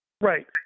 right